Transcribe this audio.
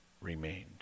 remained